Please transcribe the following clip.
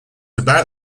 about